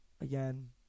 again